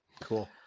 Cool